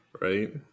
right